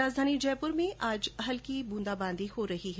राजधानी जयपुर में आज हल्की बूंदाबांदी हो रही है